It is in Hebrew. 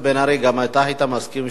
גם אתה היית מסכים שבתי-הכנסת,